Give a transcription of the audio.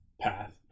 path